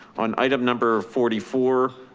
on item number forty four,